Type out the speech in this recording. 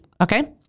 okay